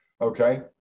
okay